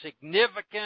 significant